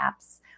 apps